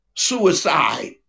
suicide